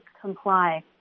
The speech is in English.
comply